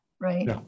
right